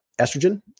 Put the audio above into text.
estrogen